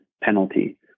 penalty